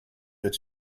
that